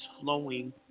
flowing